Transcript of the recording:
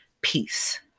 Peace